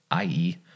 ie